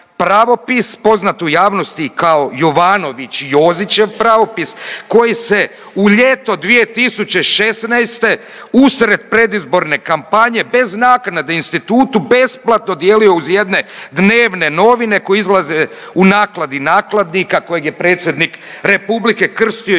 poznat u javnosti kao Jovanović-Jozićev pravopis koji se u ljeto 2016. usred predizborne kampanje bez naknade institutu besplatno dijelio uz jedne dnevne novine koje izlaze u Nakladi nakladnika kojeg je predsjednik Republike krstio